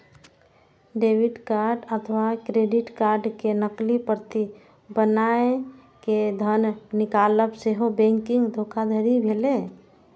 debit card अथवा credit card के नकली प्रति बनाय कें धन निकालब सेहो बैंकिंग धोखाधड़ी भेलै